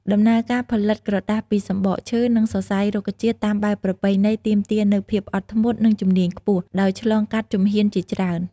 ដំណើរការផលិតក្រដាសពីសំបកឈើ និងសរសៃរុក្ខជាតិតាមបែបប្រពៃណីទាមទារនូវ ភាពអត់ធ្មត់ និងជំនាញខ្ពស់ ដោយឆ្លងកាត់ជំហានជាច្រើន។